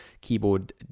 keyboard